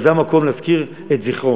אז זה המקום להזכיר אותו.